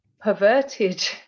perverted